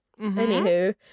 Anywho